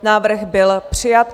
Návrh byl přijat.